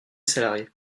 salariée